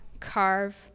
carve